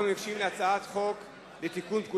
צריך להעביר את ההצעה לוועדת כספים.